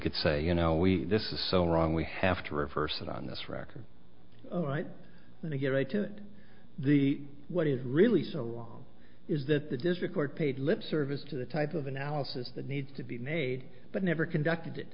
could say you know well we this is so wrong we have to reverse it on this record right now to get right to the what is really so wrong is that the district court paid lip service to the type of analysis that needs to be made but never conducted